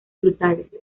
frutales